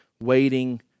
waiting